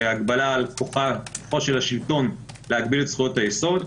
הגבלה על כוחו של השלטון להגביל את זכויות היסוד,